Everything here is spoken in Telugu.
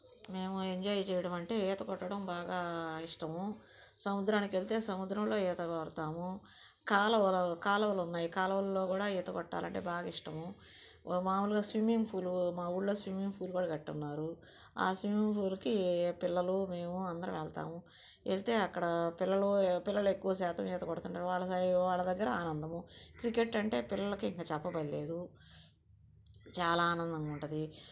మేము ఎంజాయ్ చేయడం అంటే ఈత కొట్టడం బాగా ఇష్టము సముద్రానికి వెళ్తే సముద్రంలో ఈత కొడతాము కాలువలు కాలువలు ఉన్నాయి కాలువల్లో కూడా ఈత కొట్టాలంటే బాగా ఇష్టము మామూలుగా స్విమ్మింగ్ పూల్ మా ఊర్లో స్విమ్మింగ్ పూల్ కూడా కట్టి ఉన్నారు ఆ స్విమ్మింగ్ పూల్కి పిల్లలు మేము అందరం వెళ్తాము వెళ్తే అక్కడ పిల్లలు పిల్లలు ఎక్కువ శాతం ఈత కొడుతుంటారు వాళ్ళ సాయి వాళ్ళ దగ్గర ఆనందం క్రికెట్ అంటే ఇంకా పిల్లలకి చెప్పనక్కర లేదు చాలా ఆనందంగా ఉంటుంది